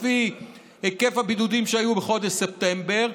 לפי היקף הבידודים שהיו בחודש ספטמבר.